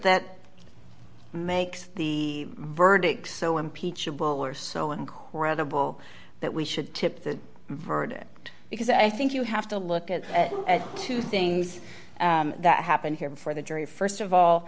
that makes the verdict so impeachable or so incredible that we should tip the verdict because i think you have to look at two things that happened here for the jury st of all